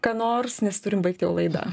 ką nors nes turime baigti laidą